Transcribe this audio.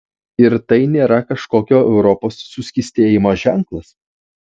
ir tai nėra kažkokio europos suskystėjimo ženklas